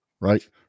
right